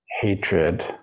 hatred